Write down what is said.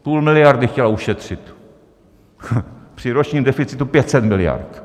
Půl miliardy chtěla ušetřit při ročním deficitu pět set miliard.